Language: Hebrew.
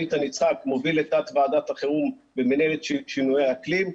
איתן יצחק מוביל את תת-ועדת החירום במינהלת שינויי האקלים.